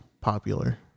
popular